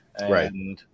Right